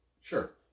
Sure